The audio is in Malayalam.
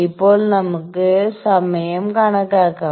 ഇപ്പോൾ നമ്മുക്ക് സമയം കണക്കാകാം